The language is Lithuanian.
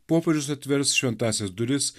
popiežius atvers šventąsias duris